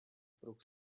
próg